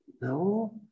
No